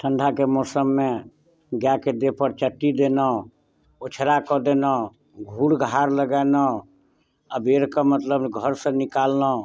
ठण्डाके मौसममे गाएके देहपर चट्टी देलहुँ ओछरा कऽ देलहुँ घूर घार लगेलहुँ अबेरकऽ मतलब घरसँ निकाललहुँ